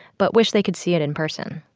but wish they could see it in person.